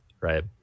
right